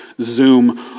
zoom